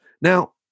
Now